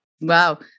Wow